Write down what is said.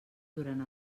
durant